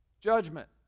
Judgment